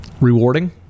Rewarding